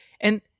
And-